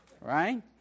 Right